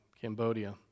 Cambodia